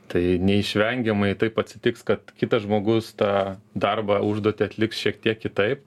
tai neišvengiamai taip atsitiks kad kitas žmogus tą darbą užduotį atliks šiek tiek kitaip